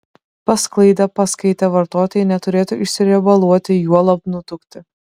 pasklaidę paskaitę vartotojai neturėtų išsiriebaluoti juolab nutukti